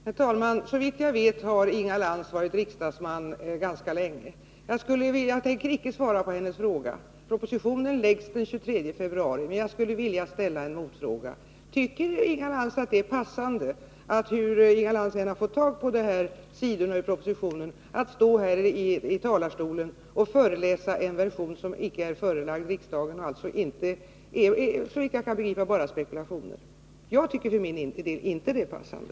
Herr talman! Såvitt jag vet har Inga Lantz varit riksdagsledamot ganska länge. Jag tänker icke svara på hennes fråga — propositionen läggs fram den 23 februari — men jag skulle vilja ställa en motfråga: Tycker Inga Lantz att det är passande, hur nu Inga Lantz än har fått tag på dessa sidor ur propositionen, att stå i talarstolen och föreläsa den version som icke är förelagd riksdagen och alltså, såvitt jag kan begripa, bara är spekulationer? Jag tycker för min del inte att det är passande.